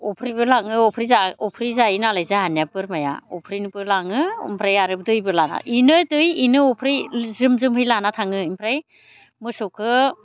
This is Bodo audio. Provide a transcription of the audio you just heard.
अफ्रिबो लाङो अफ्रि जायो अफ्रि जायो नालाय जाहानिया बोरमाया अफ्रिबो लाङो ओमफ्राय आरो दैबो लाङो इनो दै इनो अफ्रि जोम जोमै लानानै थाङो ओमफ्राय मोसौखो